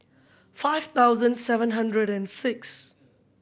five thousand seven hundred and six